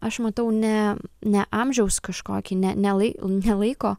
aš matau ne ne amžiaus kažkokį ne nelai ne laiko